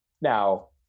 Now